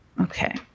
Okay